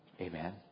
Amen